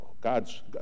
God's